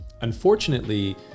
Unfortunately